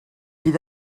bydd